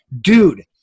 dude